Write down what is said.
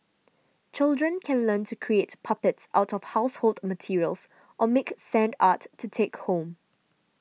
children can learn to create puppets out of household materials or make sand art to take home